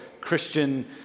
Christian